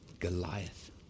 Goliath